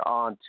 on